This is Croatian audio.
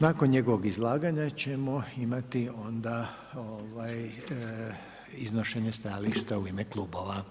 Nakon njegovog izlaganja ćemo imati onda iznošenje stajališta u ime klubova.